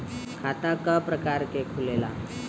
खाता क प्रकार के खुलेला?